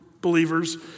believers